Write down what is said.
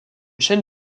chaîne